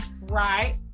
Right